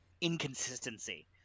inconsistency